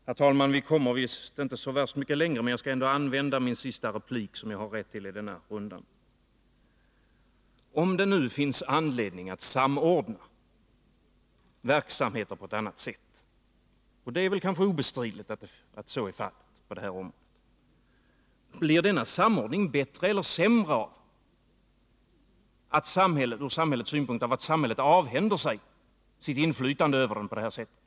Herr talman! Vi kommer visst inte så värst mycket längre, men jag skall använda den sista replik jag har rätt till i denna runda. Om det nu finns anledning att samordna verksåmheter på ett annat sätt — och det är kanske obestridligt att så är fallet på det här området —, blir deriha samordning bättre eller sämre från samhällets synpunkt om samhället avhänder sig sitt inflytande över dem på det här sättet?